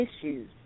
issues